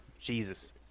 Jesus